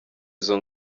izo